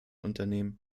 unternehmen